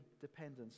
dependence